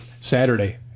saturday